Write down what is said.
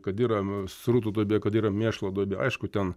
kad yra srutų duobė kad yra mėšlo duobė aišku ten